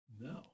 No